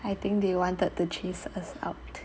I think they wanted the chase us out